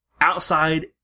outside